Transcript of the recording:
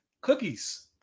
cookies